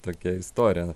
tokia istorija